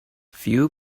few